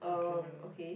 okay